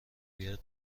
بیاد